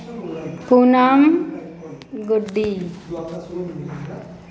Poonam Guddi